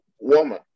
woman